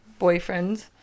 boyfriends